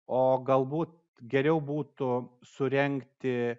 o galbūt geriau būtų surengti